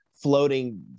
floating